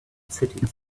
cities